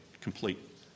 complete